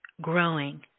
growing